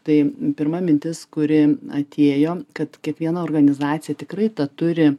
tai pirma mintis kuri atėjo kad kiekviena organizacija tikrai turi